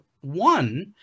one